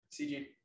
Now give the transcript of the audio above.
CG